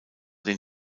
den